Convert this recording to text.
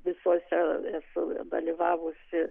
visuose esu dalyvavusi